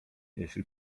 jeśli